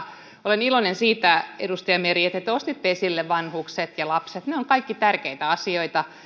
olen iloinen siitä edustaja meri että te nostitte esille vanhukset ja lapset ne ovat kaikki tärkeitä asioita